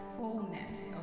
fullness